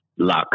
luck